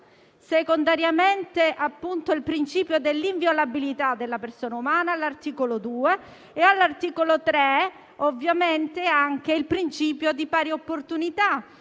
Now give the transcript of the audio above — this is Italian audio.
secondariamente, il principio dell'inviolabilità della persona umana, all'articolo 2 e, all'articolo 3, anche il principio di pari opportunità,